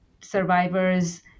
survivors